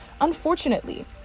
Unfortunately